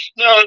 no